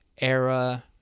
era